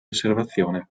osservazione